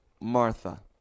Martha